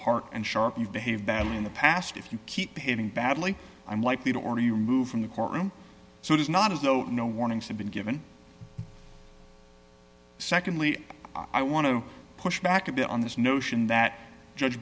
park and sharp you behave badly in the past if you keep behaving badly i'm likely to order you removed from the courtroom so it is not as though no warnings have been given secondly i want to push back a bit on this notion that judge